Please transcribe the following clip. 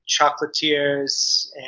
chocolatiers